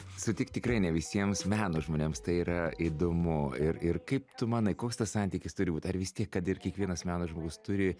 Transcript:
sutik tikrai ne visiems meno žmonėms tai yra įdomu ir ir kaip tu manai koks tas santykis turi būt ar vis tiek kad ir kiekvienas meno žmogus turi